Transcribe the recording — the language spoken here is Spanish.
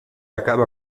acaba